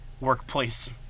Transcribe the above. workplace